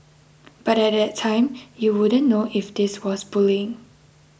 but at that time you wouldn't know if this was bullying